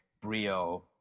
brio